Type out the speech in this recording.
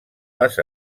les